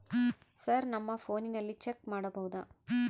Sir ನಮ್ಮ ಫೋನಿನಲ್ಲಿ check ಮಾಡಬಹುದಾ?